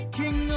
king